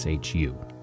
SHU